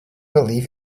believe